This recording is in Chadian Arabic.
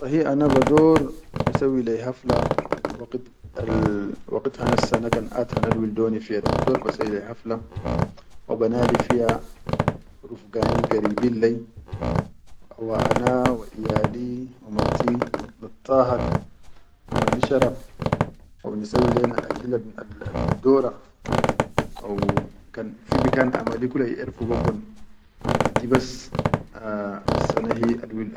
Sahi ana bador basawwi leyi hafla waqit al waqit hana sana kan qad da hanal wildo ni da bador ba sawwi hafla wa ba nadi fiya rufugani garibin lai, wa ana wa iyali wa marti nitdahahak, wa ni sharab wa ni sawwil akil al nidawra haw kan fi bikan amali kula biʼerfu be kon di bas a asana hi.